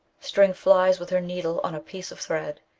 string flies with her needle on a piece of thread,